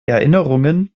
erinnerungen